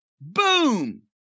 Boom